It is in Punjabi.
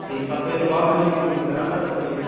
ਅੱਛਾ ਜੀ ਸੱਤ ਵਜ੍ਹੇ ਤੋਂ ਬਾਅਦ ਤਾਂ ਨਹੀਂ ਜਾਂਦੀ ਕੋਈ ਲਾਸਟ ਆ ਸੱਤ ਵਜ੍ਹੇ